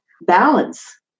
Balance